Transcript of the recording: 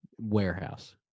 warehouse